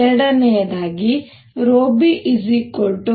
ಎರಡನೆಯದಾಗಿ b